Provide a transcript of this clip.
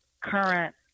current